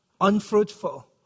unfruitful